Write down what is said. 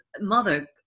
mother